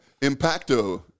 Impacto